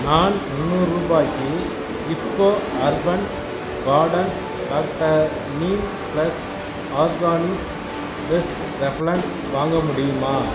நான் முந்நூறு ரூபாய்க்கு IFFCO urban gardens doctor neem plus organic pest repellent வாங்க முடியுமா